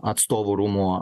atstovų rūmų